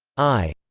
i?